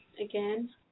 Again